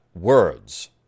words